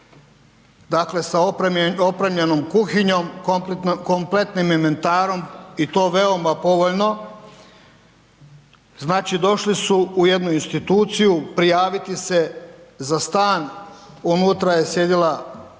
dakle sa opremljenom kuhinjom, kompletnim inventarom i to veoma povoljno, znači došli su u jednu instituciju prijaviti se za stan, unutra je sjedila gospođa,